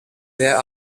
there